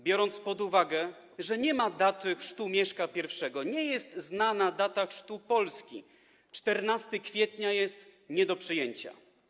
Biorąc pod uwagę, że nie ma daty chrztu Mieszka I, nie jest znana data chrztu Polski, 14 kwietnia jest nie do przyjęcia.